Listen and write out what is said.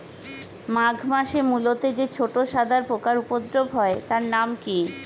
মাঘ মাসে মূলোতে যে ছোট সাদা পোকার উপদ্রব হয় তার নাম কি?